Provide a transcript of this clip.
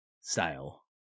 style